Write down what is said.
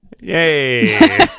Yay